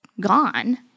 gone